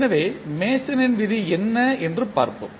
எனவே மேசனின் விதி என்ன என்று பார்ப்போம்